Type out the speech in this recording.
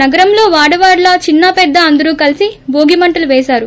నగరంలో వాడవాడలా చిన్నా పెద్దా అందరూ కలీసి భోగి మంటలు పేశారు